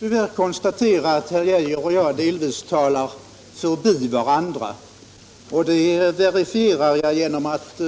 Herr talman! Jag måste tyvärr konstatera att herr Arne Geijer i Stockholm och jag delvis talar förbi varandra. Det verifierar jag genom att